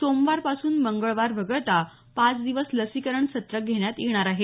सोमवारपासून मंगळवार वगळता पाच दिवस लसीकरण सत्र घेण्यात येणार आहे